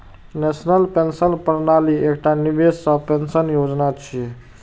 national pension प्रणाली एकटा निवेश सह पेंशन योजना छियै